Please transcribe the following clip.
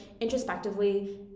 introspectively